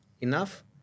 enough